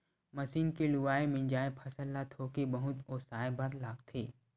machine के लुवाए, मिंजाए फसल ल थोके बहुत ओसाए बर लागथे